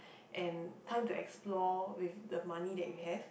and time to explore with the money that you have